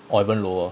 or even lower